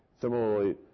Similarly